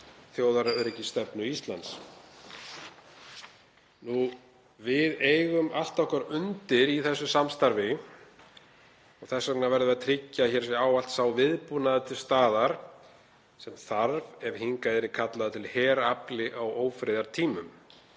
þjóðaröryggisstefnu Íslands. Við eigum allt okkar undir í þessu samstarfi. Þess vegna verðum við að tryggja að hér sé ávallt sá viðbúnaður til staðar sem þarf ef hingað yrði kallaður til herafli á ófriðartímum.